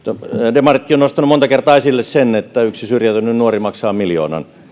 demaritkin ovat nostaneet monta kertaa esille sen että yksi syrjäytynyt nuori maksaa miljoonan